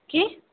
কি